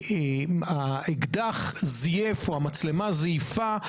החריג האקדח זייף או המצלמה זייפה,